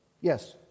Yes